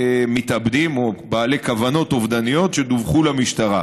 ומתאבדים או בעלי כוונות אובדניות שדווחו למשטרה.